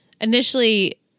initially